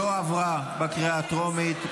לוועדה לא נתקבלה.